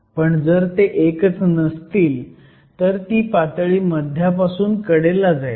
पण जर ते एकच नसतील तर ती पातळी मध्यापासून कडेला जाईल